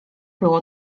było